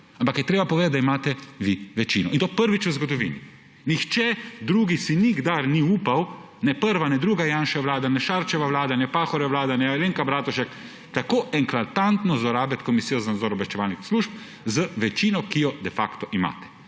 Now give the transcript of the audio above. Ampak je treba povedati, da imate vi večino, in to prvič v zgodovini. Nihče drug si nikdar ni upal, ne prva ne druga Janševa vlada, ne Šarčeva vlada, ne Pahorjeva vlada, ne Alenke Bratušek, tako eklatantno zlorabiti Komisije za nadzor obveščevalnih in varnostnih služb z večino, ki jo de facto imate.